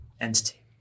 entity